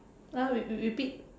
well you you repeat